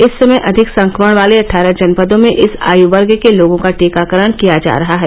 इस समय अधिक संक्रमण वाले अट्ठारह जनपदों में इस आय वर्ग के लोगों का टीकाकरण किया जा रहा है